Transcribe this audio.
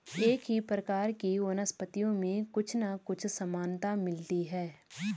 एक ही प्रकार की वनस्पतियों में कुछ ना कुछ समानता मिलती है